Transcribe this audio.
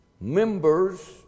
Members